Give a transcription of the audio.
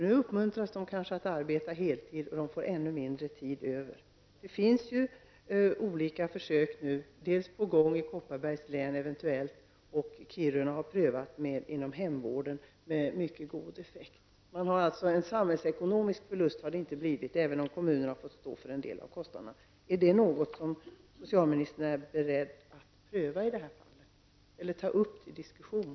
Nu uppmuntras de att arbeta heltid och får därmed ännu mindre tid över för sina barn. Det pågår olika försök, dels i Kopparbergs län, dels i Kiruna. I Kiruna har man gjort försök inom hemvården med mycket gott resultat, dvs. det har inte blivit någon samhällsekonomisk förlust, även om kommunen har fått stå för en del av kostnaderna. Är detta någonting som statsrådet är beredd att pröva eller ta upp till diskussion?